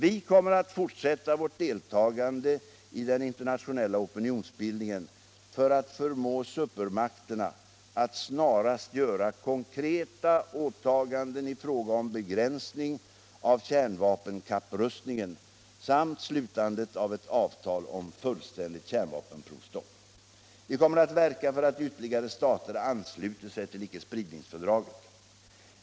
Vi kommer att fortsätta vårt deltagande i den internationella opinionsbildningen för att förmå supermakterna att snarast göra konkreta åtaganden i fråga om begränsning av kärnvapenkapprustningen samt slutandet av ett avtal om fullständigt kärnvapenprovstopp. Vi kommer att verka för att ytterligare stater ansluter sig till ickespridningsfördraget.